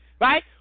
Right